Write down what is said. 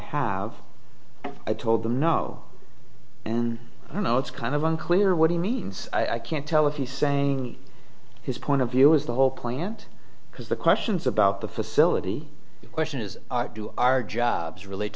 have told them no and you know it's kind of unclear what he means i can't tell if you saying his point of view is the whole point because the questions about the facility in question is do our jobs relate